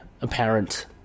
apparent